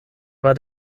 war